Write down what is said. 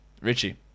Richie